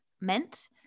meant